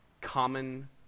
common